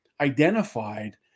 identified